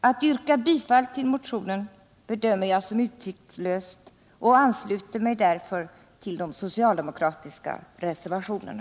Att yrka bifall till motionen bedömer jag som utsiktslöst och ansluter mig därför till de socialdemokratiska reservationerna.